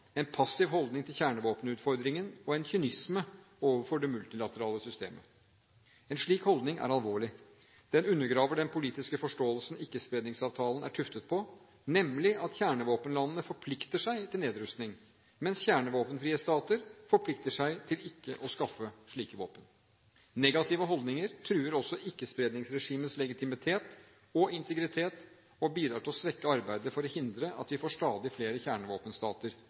en passiv holdning til kjernevåpenutfordringen og til en kynisme overfor det multilaterale systemet. En slik holdning er alvorlig. Den undergraver den politiske forståelsen Ikke-spredningsavtalen er tuftet på, nemlig at kjernevåpenlandene forplikter seg til nedrustning, mens kjernevåpenfrie stater forplikter seg til ikke å skaffe slike våpen. Negative holdninger truer også ikke-spredningsregimets legitimitet og integritet og bidrar til å svekke arbeidet for å hindre at vi får stadig flere kjernevåpenstater